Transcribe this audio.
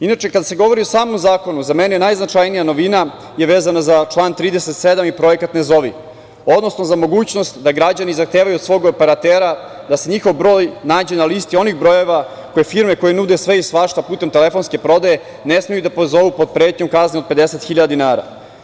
Inače, kada se govori o samom zakonu, za mene najznačajnija novina je vezana za član 37. i projekat „Ne zovi“, odnosno za mogućnost da građani zahtevaju od svog operatera da se njihov broj nađe na listi onih brojeva koje firme koje nude sve i svašta putem telefonske prodaje, ne smeju da pozovu pod pretnjom kazne od 50.000 dinara.